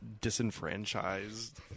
disenfranchised